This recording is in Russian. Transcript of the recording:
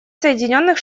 соединенных